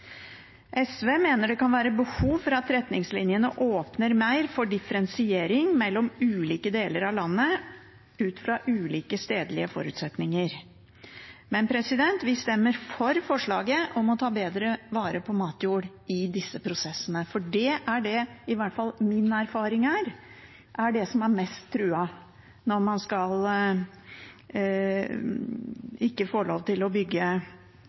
SV mener det kan være behov for at retningslinjene åpner mer for differensiering mellom ulike deler av landet, ut fra ulike stedlige forutsetninger, men vi stemmer for forslaget om å ta bedre vare på matjord i disse prosessene, for det er det som i hvert fall jeg erfarer er det som er mest truet når man ikke får lov til å bygge